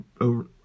over